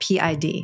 PID